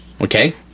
Okay